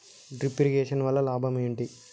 Drip irrigation వల్ల లాభం ఏంటి?